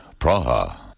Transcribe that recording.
Praha